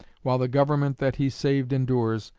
while the government that he saved endures,